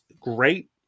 great